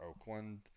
Oakland